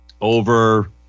over